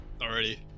Alrighty